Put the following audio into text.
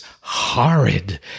horrid